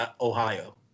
Ohio